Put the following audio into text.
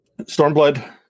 Stormblood